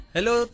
Hello